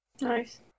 Nice